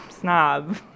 snob